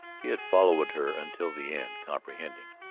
he had followed her until the end, comprehending.